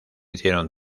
hicieron